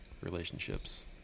relationships